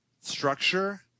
structure